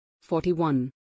Forty-one